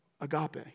Agape